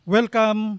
Welcome